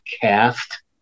cast